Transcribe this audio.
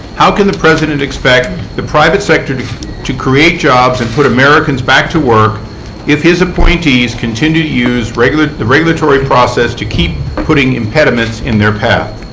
how can the president expect the private sector to to create jobs and put americans back to work if his appointees continue to use the regulatory process to keep putting impediments in their path?